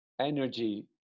Energy